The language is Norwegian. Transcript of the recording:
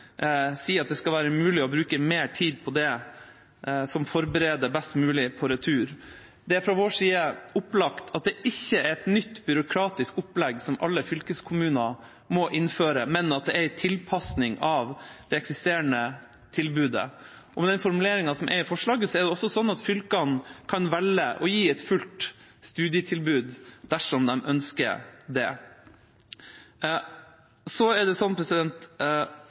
at det skal være mulig å bruke mer tid på det som forbereder best mulig på retur. Det er fra vår side opplagt at det ikke er et nytt byråkratisk opplegg som alle fylkeskommuner må innføre, men at det er en tilpasning av det eksisterende tilbudet. Med den formuleringen i forslaget er det også slik at fylkene kan velge å gi et fullt studietilbud dersom de ønsker det. Når det gjelder regjeringas forslag, tolker vi det